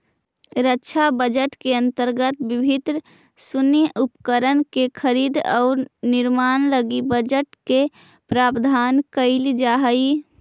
रक्षा बजट के अंतर्गत विभिन्न सैन्य उपकरण के खरीद औउर निर्माण लगी बजट के प्रावधान कईल जाऽ हई